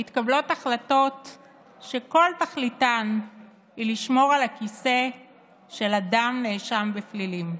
מתקבלות החלטות שכל תכליתן היא לשמור על הכיסא של אדם נאשם בפלילים.